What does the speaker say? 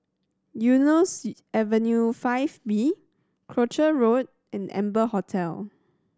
Eunos Avenue Five B Croucher Road and Amber Hotel